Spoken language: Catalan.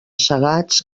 segats